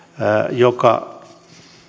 joka